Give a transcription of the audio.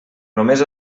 només